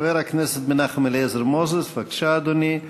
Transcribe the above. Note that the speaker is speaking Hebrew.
חבר הכנסת מנחם אליעזר מוזס, בבקשה, אדוני.